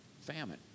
famine